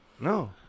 No